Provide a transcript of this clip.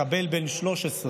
מחבל בן 13,